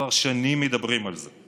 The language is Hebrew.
וכבר שנים מדברים על זה.